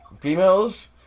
females